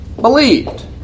believed